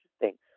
interesting